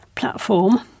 platform